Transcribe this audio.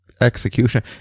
execution